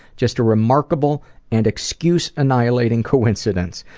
just a remarkable and excuse-annihilating coincidence,